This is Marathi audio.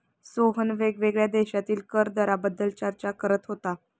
सोहन वेगवेगळ्या देशांतील कर दराबाबत चर्चा करत होता